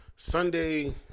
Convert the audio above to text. Sunday